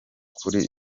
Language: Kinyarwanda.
kuri